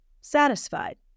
satisfied